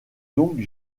donc